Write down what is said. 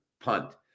punt